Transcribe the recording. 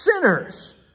sinners